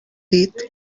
dit